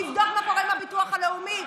תבדוק מה קורה עם הביטוח הלאומי,